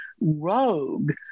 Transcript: rogue